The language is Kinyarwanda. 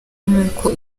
n’uko